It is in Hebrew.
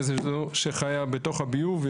חיה בתוך הביוב,